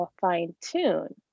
fine-tune